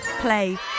play